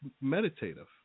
meditative